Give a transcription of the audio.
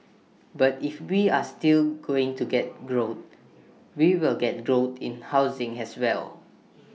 but if we are still going to get growth we will get growth in housing as well